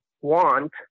want